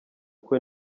kwe